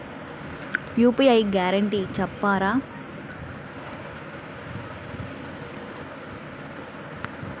UPI guarantee చెప్తారా?